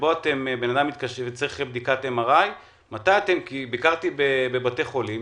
שבו אדם צריך בדיקת MRI. ביקרתי בבתי חולים,